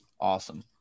Awesome